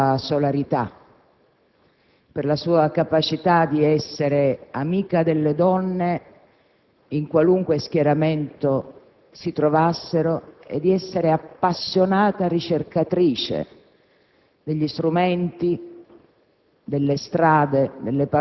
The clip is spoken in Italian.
Ma credo che la ricorderanno anche per la sua solarità, per la sua capacità di essere amica delle donne in qualunque schieramento si trovassero e di essere appassionata ricercatrice